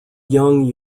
young